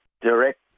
direct